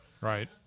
Right